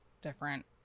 different